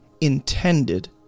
intended